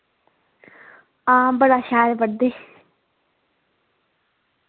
हां बड़ा शैल पढ़दे